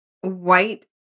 white